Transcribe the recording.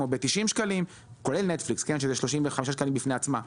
שזה 35 שקלים בפני עצמה,